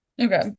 Okay